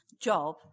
job